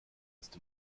ist